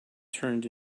turned